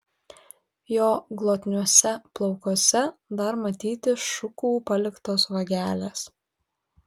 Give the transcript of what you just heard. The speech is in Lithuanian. jo glotniuose plaukuose dar matyti šukų paliktos vagelės